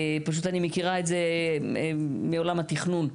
אני מכירה את זה מעולם התכנון,